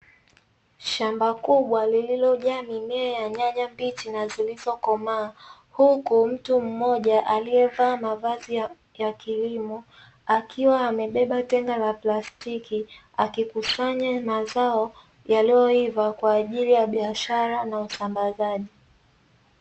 Shamba kubwa liliojaa mimea ya nyanya mbichi na zilizokomaa, huku mtu mmoja aliyevaa mavazi ya kilimo akiwa amebeba tenga la plastiki akikusanya mazao yaliyoiva kwa ajili ya biashara na usambazaji.